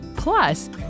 Plus